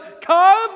come